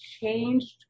changed